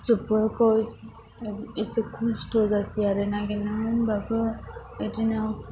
जोबोर खस इसे खस्थ' जासै आरो नागेरना होमबाबो बिदिनो